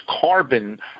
carbon